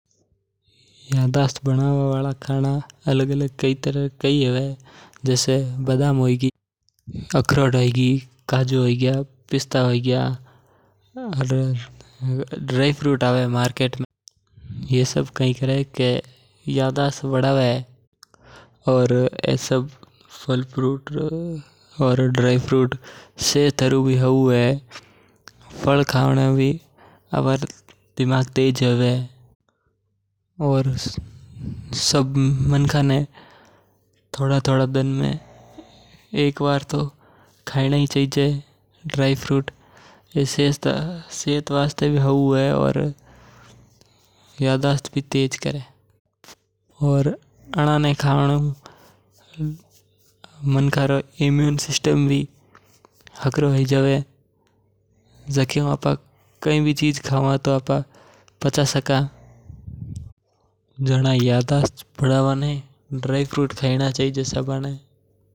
यादाश्त बनवा वाला कई हवे जेसे बादाम होई गी अखरोट होई गी पिस्ता होई गया। ड्राइफ्रूट खावा हु मणका री यादाश्त वणें ए सब सेहत हरु हऊ हुंवे। गल फ्रूट खावा भी मणका रे यादाश्त बनवा में बहोत काम आवे और ए सब सेहत हरु भी हऊ हुंवे।